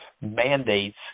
mandates